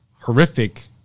horrific